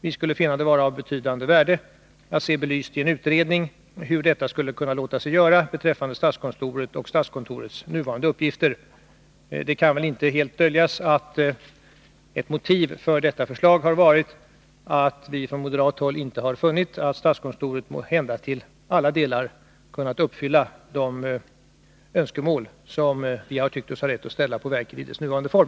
Vi skulle finna det vara av betydande värde att i en utredning få belyst hur detta skulle kunna låta sig göras beträffande statskontoret och dess nuvarande uppgifter. Det kan väl inte helt döljas att ett motiv för detta förslag har varit att vi från moderat håll inte har funnit att statskontoret måhända till alla delar kunnat uppfylla de önskemål som vi har tyckt oss ha rätt att ställa på verket i dess nuvarande form.